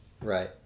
Right